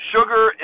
Sugar